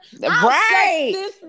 Right